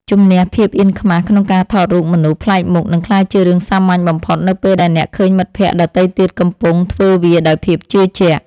ជម្នះភាពអៀនខ្មាសក្នុងការថតរូបមនុស្សប្លែកមុខនឹងក្លាយជារឿងសាមញ្ញបំផុតនៅពេលដែលអ្នកឃើញមិត្តភក្តិដទៃទៀតកំពុងធ្វើវាដោយភាពជឿជាក់។